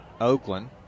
Oakland